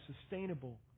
sustainable